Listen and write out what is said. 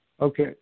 Okay